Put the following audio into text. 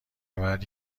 مردی